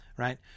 Right